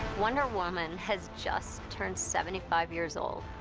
wonder woman has just turned seventy five years old.